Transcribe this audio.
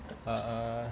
err err